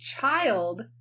child